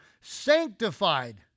sanctified